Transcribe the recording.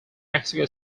mexico